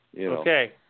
Okay